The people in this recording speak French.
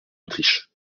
autriche